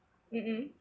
mmhmm